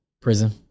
Prison